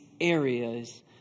areas